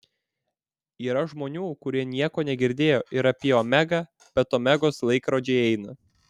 yra žmonių kurie nieko negirdėjo ir apie omegą bet omegos laikrodžiai eina